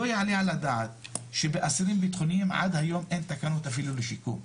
לא יעלה על הדעת שבאסירים ביטחוניים עד היום אין תקנות אפילו לשיקום.